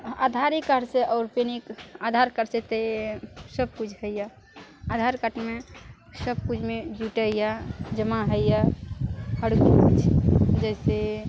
आधारे कार्ड से आओर सेनिक आधार कार्ड से से सब किछु होइया आधार कार्डमे सबकिछुमे जुटैया जमा होइया हर किछु जैसे